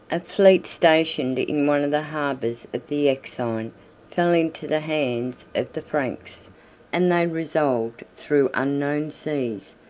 a fleet stationed in one of the harbors of the euxine fell into the hands of the franks and they resolved, through unknown seas,